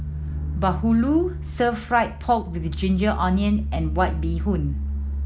bahulu stir fried pork with ginger onion and White Bee Hoon